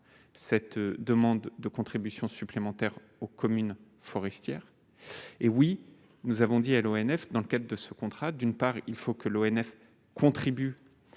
cette demande de contribution supplémentaire aux communes forestières, hé oui, nous avons dit à l'ONF dans le cas de ce contrat, d'une part, il faut que l'ONF contribue